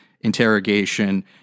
interrogation